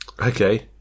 Okay